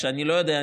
כשאני לא יודע,